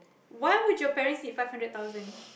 why would your parents need five hundred thousand